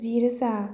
जि रोजा